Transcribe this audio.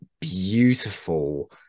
beautiful